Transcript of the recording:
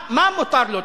מה מותר לו?